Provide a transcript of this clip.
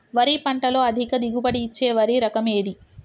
వరి పంట లో అధిక దిగుబడి ఇచ్చే వరి రకం ఏది?